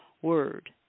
word